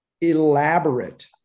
elaborate